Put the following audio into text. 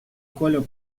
colo